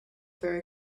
very